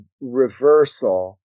reversal